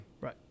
Right